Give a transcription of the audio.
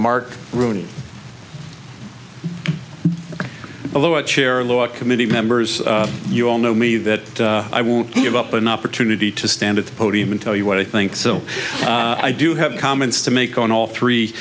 mark rooney below a chair low a committee members you all know me that i won't give up an opportunity to stand at the podium and tell you what i think so i do have comments to make on all three